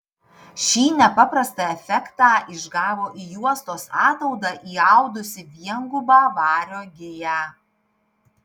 šį nepaprastą efektą išgavo į juostos ataudą įaudusi viengubą vario giją